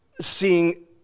seeing